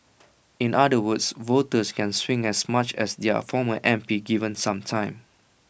in other words voters can swing as much as their former M P given some time